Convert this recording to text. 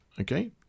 okay